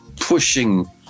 pushing